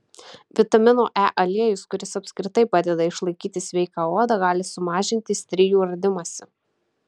vitamino e aliejus kuris apskritai padeda išlaikyti sveiką odą gali sumažinti strijų radimąsi